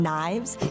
Knives